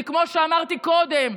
כי כמו שאמרתי קודם,